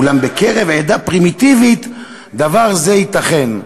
אולם בקרב עדה פרימיטיבית דבר זה ייתכן".